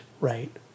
right